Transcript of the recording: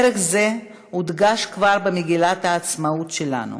ערך זה הודגש כבר במגילת העצמאות שלנו